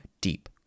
deep